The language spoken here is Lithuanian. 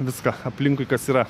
viską aplinkui kas yra